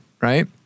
right